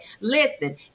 listen